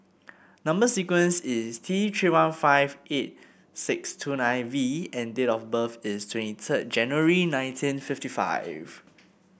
number sequence is T Three one five eight six two nine V and date of birth is twenty third January nineteen fifty five